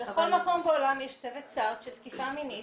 בכל מקום בעולם יש צוות סעד של תקיפה מינית,